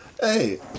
Hey